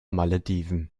malediven